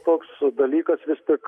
toks dalykas vis tik